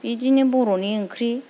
बिदिनो बर'नि ओंख्रि